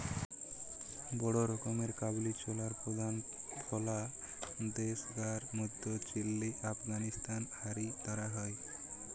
বড় রকমের কাবুলি ছোলার প্রধান ফলা দেশগার মধ্যে চিলি, আফগানিস্তান হারি ধরা হয়